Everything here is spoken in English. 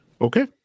Okay